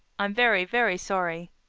i'm very, very sorry.